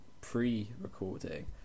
pre-recording